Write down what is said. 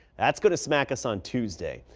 that's going to smack us on tuesday,